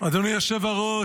אדוני היושב-ראש,